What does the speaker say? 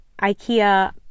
IKEA